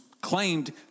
claimed